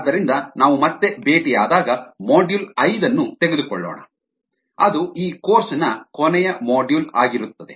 ಆದ್ದರಿಂದ ನಾವು ಮತ್ತೆ ಭೇಟಿಯಾದಾಗ ಮಾಡ್ಯೂಲ್ ಐದನ್ನು ತೆಗೆದುಕೊಳ್ಳೋಣ ಅದು ಈ ಕೋರ್ಸ್ ನ ಕೊನೆಯ ಮಾಡ್ಯೂಲ್ ಆಗಿರುತ್ತದೆ